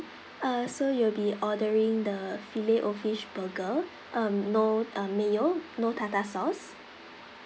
uh so you'll be ordering the fillet O fish burger um no um mayo no tartar sauce